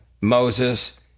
Moses